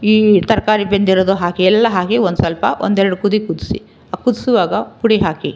ಈ ತರಕಾರಿ ಬೆಂದಿರೋದು ಹಾಕಿ ಎಲ್ಲ ಹಾಕಿ ಒಂದು ಸ್ವಲ್ಪ ಒಂದೆರಡು ಕುದಿ ಕುದಿಸಿ ಕುದಿಸುವಾಗ ಪುಡಿ ಹಾಕಿ